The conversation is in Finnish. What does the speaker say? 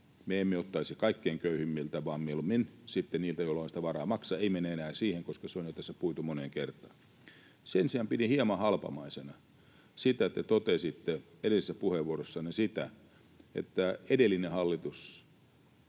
Me emme ottaisi kaikkein köyhimmiltä vaan mieluummin sitten niiltä, joilla on sitä varaa maksaa. En mene enää siihen, koska se on jo tässä puitu moneen kertaan. Sen sijaan pidin hieman halpamaisena sitä, että totesitte edellisessä puheenvuorossanne, että edellinen hallitus,